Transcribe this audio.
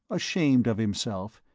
ashamed of himself,